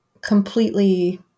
completely